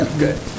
good